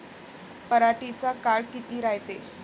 पराटीचा काळ किती रायते?